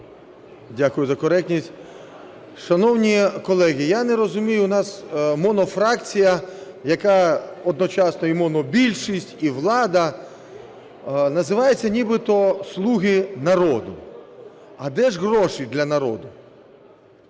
Дякую за коректність. Шановні колеги, я не розумію, у нас монофракція, яка одночасно і монобільшість, і влада, називається нібито "слуги народу". А де ж гроші для народу?